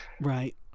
Right